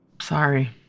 Sorry